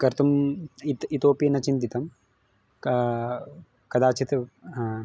कर्तुम् इति इतोपि न चिन्तितं का कदाचित्